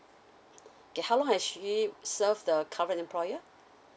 kay~ how long has she serve the current employer